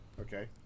okay